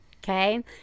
Okay